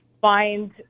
find